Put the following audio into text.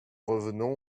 revenons